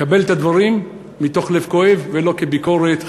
קבל את הדברים מתוך לב כואב ולא כביקורת,